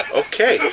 okay